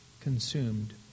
consumed